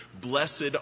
Blessed